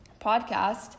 podcast